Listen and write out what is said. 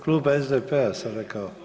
Klub SDP-a sam rekao.